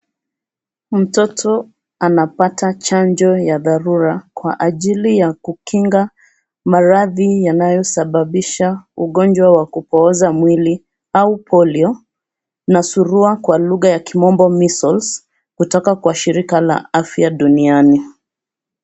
Mtoto anapata chanjo ya dharura kwa ajili ya kukinga maradhi yanayosababisha ugonjwa wa kupooza mwili au Polio na surua kwa lugha ya kimombo, Measles, kutoka kwa Shirika la Afya Duniani.